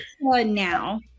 Now